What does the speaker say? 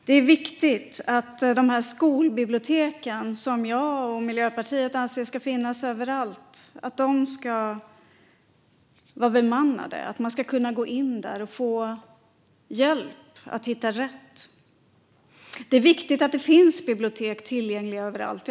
Det är viktigt att skolbiblioteken, som jag och Miljöpartiet anser ska finnas överallt, ska vara bemannade, att man kan gå in där och få hjälp att hitta rätt. Det är viktigt att det finns bibliotek tillgängliga överallt.